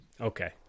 Okay